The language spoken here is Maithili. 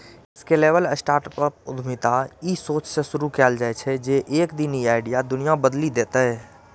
स्केलेबल स्टार्टअप उद्यमिता ई सोचसं शुरू कैल जाइ छै, जे एक दिन ई आइडिया दुनिया बदलि देतै